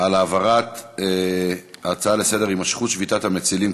על העברת ההצעה לסדר-היום: התמשכות שביתת המצילים,